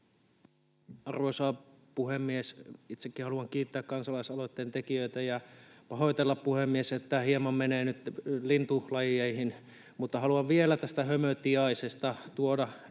Arvoisa puhemies! Itsekin haluan kiittää kansalaisaloitteen tekijöitä ja pahoitella, puhemies, että hieman menee nyt lintulajeihin, mutta haluan vielä tästä hömötiaisesta tuoda esille